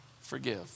forgive